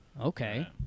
Okay